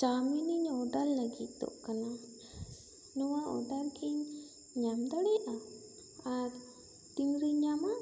ᱪᱟᱹᱣᱢᱤᱱ ᱤᱧ ᱳᱰᱟᱨ ᱞᱟᱹᱜᱤᱫᱚᱜ ᱠᱟᱱᱟ ᱱᱚᱣᱟ ᱳᱰᱟᱨ ᱠᱤᱧ ᱧᱟᱢ ᱫᱟᱲᱮᱭᱟᱜᱼᱟ ᱟᱨ ᱛᱤᱱ ᱨᱤᱧ ᱧᱟᱢᱟ